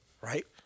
right